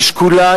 היא שקולה,